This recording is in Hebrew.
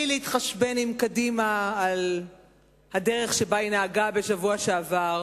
בלי להתחשבן עם קדימה על הדרך שבה היא נהגה בשבוע שעבר,